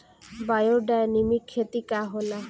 Biodynamic खेती का होला?